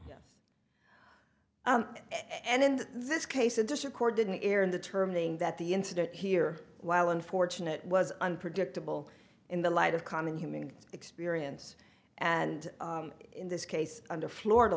yes yes and in this case a district court didn't air in the terminating that the incident here while unfortunate was unpredictable in the light of common human experience and in this case under florida